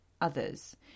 others